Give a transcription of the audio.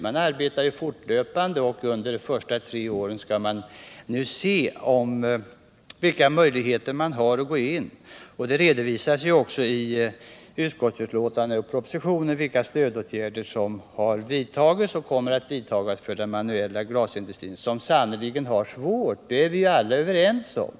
Gruppen arbetar fortlöpande. Under de tre första åren skall den undersöka vilka möjligheter staten har att gå in. I utskottsbetänkandet och propositionen redovisas också vilka stödåtgärder som har vidtagits och vilka åtgärder som kommer att vidtas för den manuella glasindustrin — som sannerligen har det svårt, det är vi alla överens om.